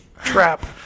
Trap